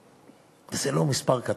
וזה לא מספר קטן.